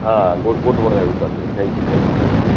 હા ગો ગોઠવણ એવું કરજો થેન્ક્યુ થેન્ક્યુ સાહેબ હા